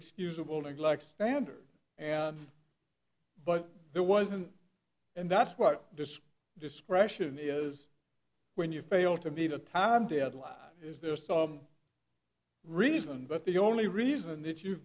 excusable neglect standard and but it wasn't and that's what this discretion is when you fail to be the time deadline is there some reason but the only reason that you've